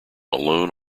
alone